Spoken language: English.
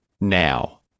now